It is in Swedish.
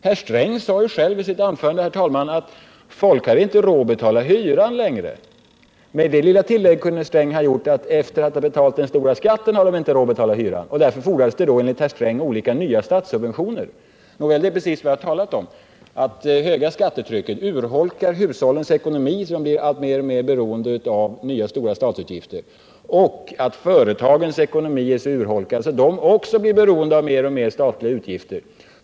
Herr Sträng sade själv i sitt anförande att folk inte längre har råd att betala hyran. Herr Sträng kunde ha gjort det lilla tillägget: efter att ha betalat den stora skatten har de inte råd att betala hyran. Därför fordras det, enligt herr Sträng, olika nya statssubventioner. Det är precis vad jag talat om. Det höga skattetrycket urholkar hushållens ekonomi så att familjerna blir alltmer beroende av nya stora statsutgifter. Även företagens ekonomi är så urholkad att de blir beroende av mer och mer statliga utgifter.